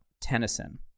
tennyson